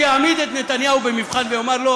שיעמיד את נתניהו במבחן ויאמר לו: